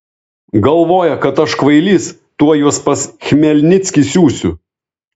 galvoja kad aš kvailys tuoj juos pas chmelnickį siųsiu